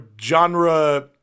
genre